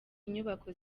inyubako